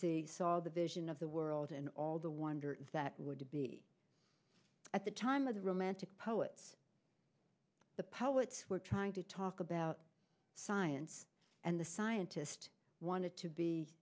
see saw the vision of the world and all the wonder that would be at the time of the romantic poets the poets were trying to talk about science and the scientist wanted to be